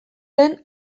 den